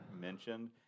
mentioned